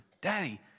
Daddy